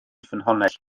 ffynhonnell